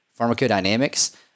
Pharmacodynamics